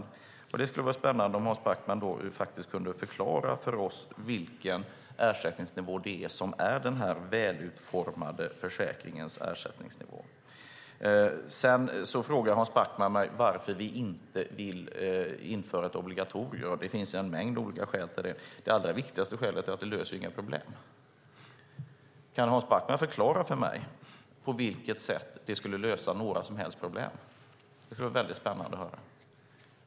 Det skulle vara spännande om Hans Backman kunde förklara för oss vilken ersättningsnivå som är den välutformade försäkringens ersättningsnivå. Hans Backman frågar mig varför vi inte vill införa ett obligatorium. Det finns en mängd olika skäl till det. Det allra viktigaste skälet är att det inte löser några problem. Kan Hans Backman förklara för mig på vilket sätt det skulle lösa några som helst problem? Det skulle vara väldigt spännande att höra.